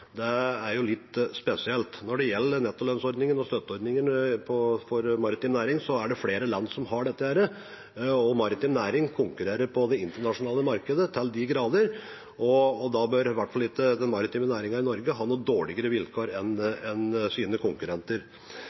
Det er jo litt spesielt. Når det gjelder nettolønnsordningen og støtteordningene for maritim næring, er det flere land som har dette, og maritim næring konkurrerer til de grader på det internasjonale markedet, og da bør i hvert fall ikke den maritime næringen i Norge ha dårligere vilkår enn sine konkurrenter.